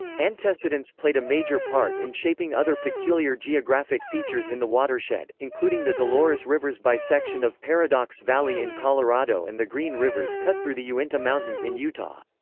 antecedence played a major part in shaping other peculiar geographic features in the watershed, including the dolores river's bisection of paradox valley in colorado and the green river's cut through the uinta mountains in utah.